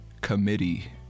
committee